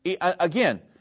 Again